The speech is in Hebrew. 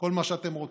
וכל מה שאתם רוצים.